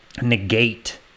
negate